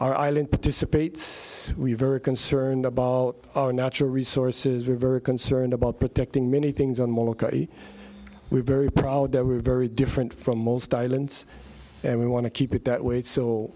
our island participates we're very concerned about our natural resources we're very concerned about protecting many things on mulcahey we very proud that we are very different from most islands and we want to keep it that way so